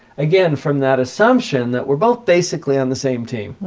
again, from that assumption that we're both basically on the same team.